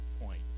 point